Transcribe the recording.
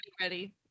ready